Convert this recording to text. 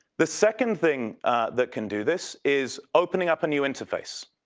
the second thing that can do this is opening up a new interface.